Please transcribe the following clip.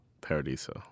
Paradiso